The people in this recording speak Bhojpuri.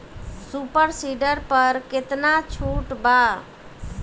सुपर सीडर पर केतना छूट बा?